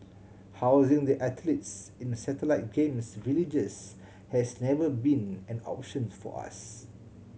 housing the athletes in the satellite Games Villages has never been an option for us